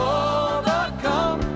overcome